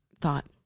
thought